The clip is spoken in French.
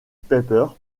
paper